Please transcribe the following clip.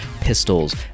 pistols